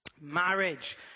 Marriage